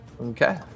Okay